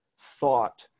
thought